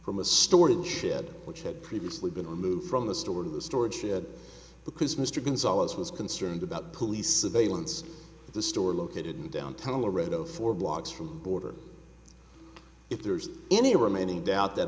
from a storage shed which had previously been removed from the storage of the storage shed because mr gonzales was concerned about police surveillance the store located in downtown toronto four blocks from border if there's any remaining doubt that